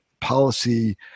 policy